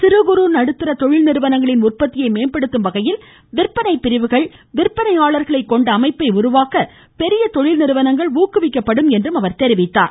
சிறு குறு நடுத்தர தொழில் நிறுவனங்களின் உற்பத்தியை மேம்படுத்தும் வகையில் விற்பனை பிரிவுகள் விற்பனையாளர்களை கொண்ட அமைப்பை உருவாக்க பெரிய தொழில் நிறுவனங்கள் ஊக்குவிக்கப்படும் என்றும் தெரிவித்தார்